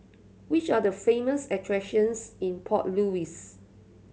which are the famous attractions in Port Louis